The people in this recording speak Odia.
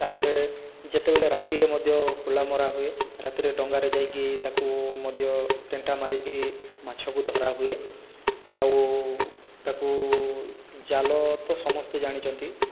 ତା'ପରେ ଯେତେବେଳେ ରାତିରେ ମଧ୍ୟ ହୁଳା ମରାହୁଏ ରାତିରେ ଡଙ୍ଗାରେ ଯାଇକି ତାକୁ ମଧ୍ୟ ତେଣ୍ଟା ମାରିକରି ମାଛକୁ ଧରାହୁଏ ଆଉ ତାକୁ ଜାଲ ତ ସମସ୍ତେ ଜାଣିଛନ୍ତି